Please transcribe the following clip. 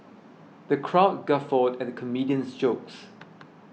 the crowd guffawed at the comedian's jokes